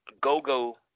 GoGo